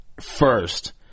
first